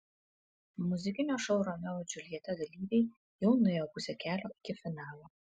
muzikinio šou romeo ir džiuljeta dalyviai jau nuėjo pusę kelio iki finalo